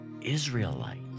Israelite